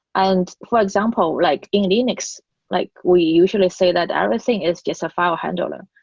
and for example, like in linux, like we usually say that everything is just a file handler.